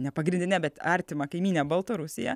nepagrindine bet artima kaimyne baltarusija